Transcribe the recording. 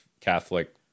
Catholic